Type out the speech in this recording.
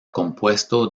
compuesto